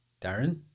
Darren